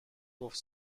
گفت